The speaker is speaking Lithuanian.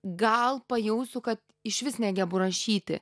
gal pajausiu kad išvis negebu rašyti